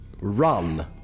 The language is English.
run